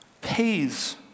pays